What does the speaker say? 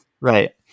right